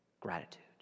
gratitude